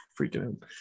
freaking